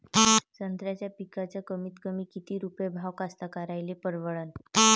संत्र्याचा पिकाचा कमीतकमी किती रुपये भाव कास्तकाराइले परवडन?